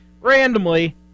randomly